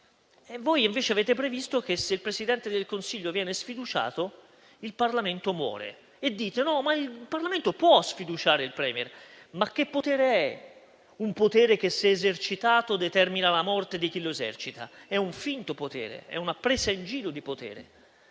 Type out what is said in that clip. Voi, invece, avete previsto che, se il Presidente del Consiglio viene sfiduciato, il Parlamento muore. Ribadite che il Parlamento può sfiduciare il *Premier*. Ma che potere è quello che, se esercitato, determina la morte di chi lo esercita? È un finto potere, è una presa in giro di potere.